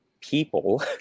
people